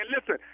Listen